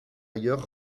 ailleurs